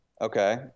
Okay